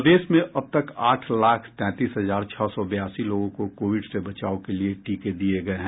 प्रदेश में अब तक आठ लाख तैंतीस हजार छह सौ बयासी लोगों को कोविड से बचाव के टीके दिये गये हैं